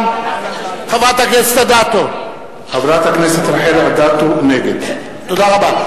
(קורא בשמות חברי הכנסת) מגלי והבה, נגד תודה רבה.